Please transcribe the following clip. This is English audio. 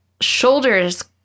shoulders